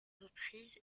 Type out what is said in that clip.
reprise